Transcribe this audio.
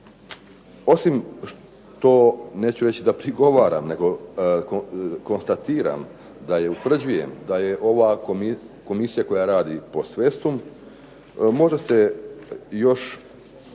Osim što, neću reći da prigovaram nego konstatiram i utvrđujem da je ova komisija koja radi post festum, može se još